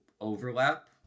overlap